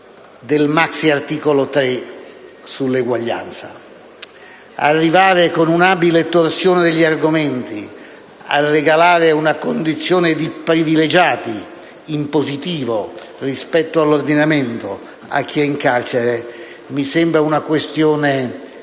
della Costituzione sull'eguaglianza. Arrivare con un'abile torsione degli argomenti a regalare una condizione di privilegiati, in positivo rispetto all'ordinamento, a chi è in carcere mi sembra una argomentazione